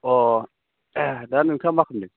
अ दा नोंथाङा मा खालामदों